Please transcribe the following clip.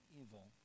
evil